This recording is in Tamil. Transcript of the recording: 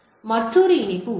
எனவே மற்றொரு இணைப்பு உள்ளது